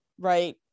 Right